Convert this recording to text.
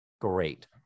Great